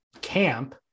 camp